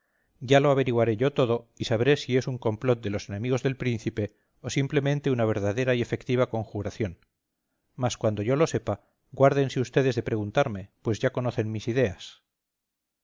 ya lo averiguaré yo todo y sabré si es un complot de los enemigos del príncipe o simplemente una verdadera y efectiva conjuración mas cuando yo lo sepa guárdense vds de preguntarme pues ya conocen mis ideas